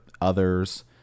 others